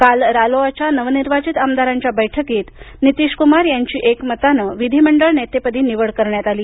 काल रालोआच्या नवनिर्वाचित आमदारांच्या बैठकीत नितीशकुमार यांची एकमतानं विधिमंडळ नेतेपदी निवड करण्यात आली